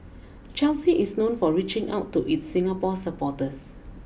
Chelsea is known for reaching out to its Singapore supporters